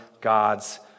God's